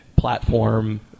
Platform